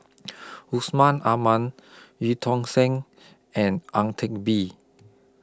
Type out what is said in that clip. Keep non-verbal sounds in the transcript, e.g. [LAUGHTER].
[NOISE] Yusman Aman EU Tong Sen and Ang Teck Bee